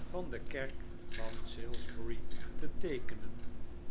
van de kerk van salisbury te teekenen